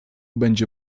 będzie